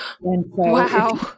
Wow